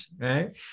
right